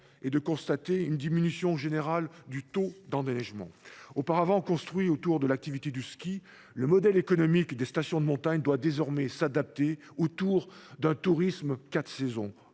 est de constater une diminution générale du taux d’enneigement. Auparavant construit autour de l’activité du ski, le modèle économique des stations de montagne doit désormais s’adapter, en s’orientant vers un tourisme « quatre saisons